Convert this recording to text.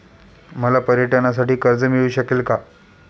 मला पर्यटनासाठी कर्ज मिळू शकेल का?